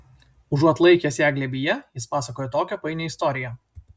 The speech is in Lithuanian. užuot laikęs ją glėbyje jis pasakojo tokią painią istoriją